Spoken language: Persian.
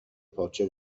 پاچه